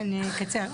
אין בעיה.